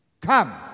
Come